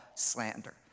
slander